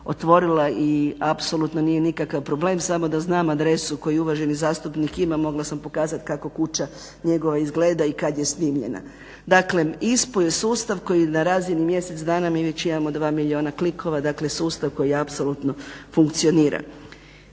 otvorila i apsolutno nije nikakav problem. Samo da znam adresu koju uvaženi zastupnik ima. Mogla sam pokazati kako kuća njegova izgleda i kad je snimljena. Daklem, ISPU je sustav koji na razini mjesec dana mi već imamo 2 milijuna klikova, dakle sustav koji apsolutno funkcionira.